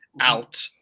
Out